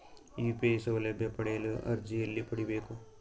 UPI ಸೌಲಭ್ಯ ಪಡೆಯಲು ಅರ್ಜಿ ಎಲ್ಲಿ ಪಡಿಬೇಕು?